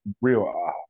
real